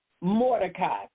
Mordecai